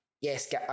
yes